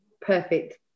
perfect